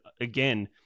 again